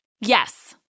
Yes